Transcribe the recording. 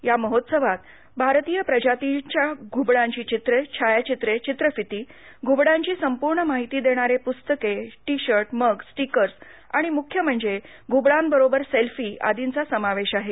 या महोत्सवात भारतीय प्रजातीच्या घूबडांची चित्रे छायाचित्रे चित्रफिती त्याचबरोबर रांगोळी प्रदर्शन घूबडांची संपूर्ण माहिती देणारी पुस्तके टी शर्ट मग स्टिकर्स आणि मुख्य म्हणजे घुबडाबरोबर सेल्फी आर्दीचा समावेश आहे